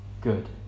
good